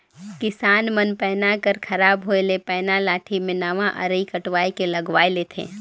किसान मन पैना कर खराब होए ले पैना लाठी मे नावा अरई कटवाए के लगवाए लेथे